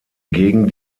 gegen